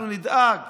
אנחנו נדאג